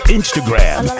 Instagram